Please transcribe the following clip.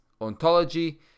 Ontology